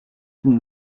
from